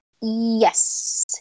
Yes